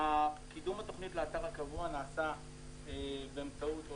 קידום התוכנית לאתר הקבוע נעשה באמצעות או